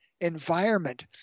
environment